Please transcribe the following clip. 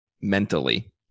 mentally